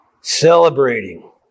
celebrating